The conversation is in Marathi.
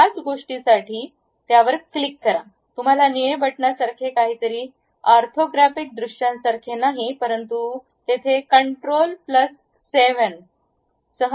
त्याच गोष्टीसाठी त्या क्लिक करा तुम्हाला निळे बटणासारखे काहीतरी ऑर्थोग्राफिक दृश्यांसारखे नाही परंतु तेथे कंट्रोल प्लस 7